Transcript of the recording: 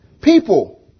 People